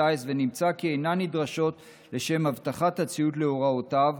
הטיס ונמצא כי הן אינן נדרשות לשם הבטחת הציות להוראותיו.